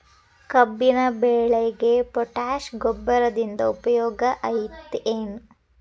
ಕಬ್ಬಿನ ಬೆಳೆಗೆ ಪೋಟ್ಯಾಶ ಗೊಬ್ಬರದಿಂದ ಉಪಯೋಗ ಐತಿ ಏನ್?